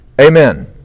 Amen